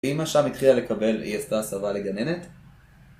אמא שם התחילה לקבל, היא עשתה הסבה לגננת